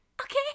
Okay